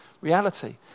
reality